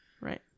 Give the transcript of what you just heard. Right